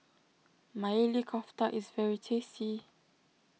Maili Kofta is very tasty